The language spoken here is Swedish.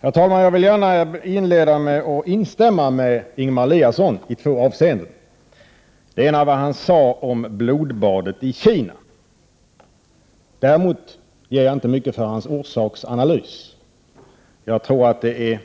Herr talman! Jag vill gärna inleda med att i två avseenden instämma med Ingemar Eliasson, för det första i vad han sade om blodbadet i Kina. Däremot ger jag inte mycket för hans orsaksanalys. Jag tror att det är